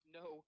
no